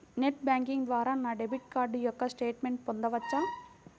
Net banking ద్వారా నా debit card యొక్క స్టేట్మెంట్ పొందవచ్చా?